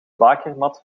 bakermat